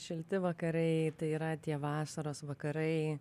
šilti vakarai tai yra tie vasaros vakarai